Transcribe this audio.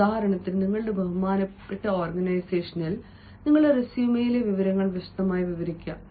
ഉദാഹരണത്തിന് നിങ്ങളുടെ ബഹുമാനപ്പെട്ട ഓർഗനൈസേഷനിൽ നിങ്ങളുടെ റെസ്യുമെയിലെ വിവരങ്ങൾ വിശദമായി വിവരിക്കുക